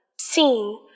seen